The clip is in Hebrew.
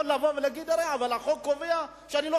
יכול לבוא ולהגיד: הרי החוק קובע שאני לא